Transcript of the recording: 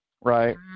right